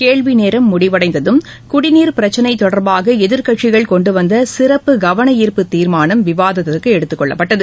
கேள்வி நேரம் முடிவடைந்ததும் குடிநீர் பிரச்சினை தொடர்பாக எதிர்கட்சிகள் கொண்டுவந்த சிறப்பு கவனார்ப்பு தீர்மானம் விவாதத்திற்கு எடுத்துக்கொள்ளப்பட்டது